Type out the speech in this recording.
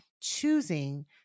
choosing